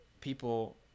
people